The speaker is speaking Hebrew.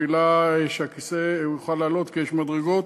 שהכיסא יוכל לעלות כי יש מדרגות,